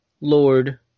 lord